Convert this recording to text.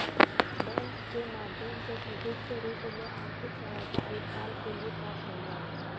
bank के माध्यम से क्रेडिट के रूप में आर्थिक सहायता अल्पकाल के लिए प्राप्त होवऽ हई